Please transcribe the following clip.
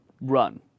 run